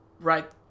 right